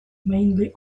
mainly